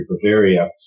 Bavaria